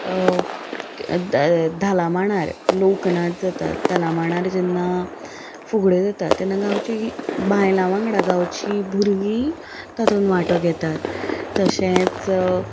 ध धाला मांडार लोकनाच जातात धाला मांडार जेन्ना फुगड्यो जाता तेन्ना गांवच्या बांयलां वांगडा गांवचीं भुरगीं तातूंत वांटो घेतात तशेंच